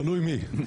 תלוי מי.